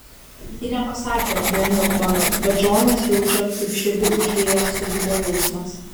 ji nepasakė berniuk mano bet džonas jaučia kaip širdį užlieja saugumo jausmas